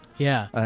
yeah.